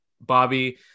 Bobby